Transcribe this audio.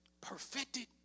perfected